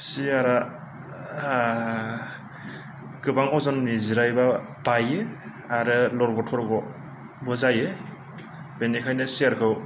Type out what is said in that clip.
सियारा गोबां अजननि जिरायबा बायो आरो लरग' थरग' बो जायो बेनिखायनो सियार खौ